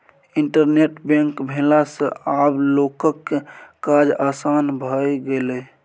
internet bank भेला सँ आब लोकक काज आसान भए गेलै